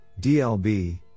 DLB